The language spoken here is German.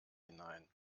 hinein